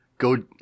go